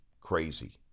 Crazy